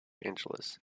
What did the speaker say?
angeles